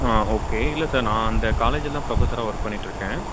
ஆ okay இல்லை sir நான் அந்த காலேஜில் நான் ப்ரொஃபஸராக ஒர்க் பண்ணிகிட்ருக்கேன்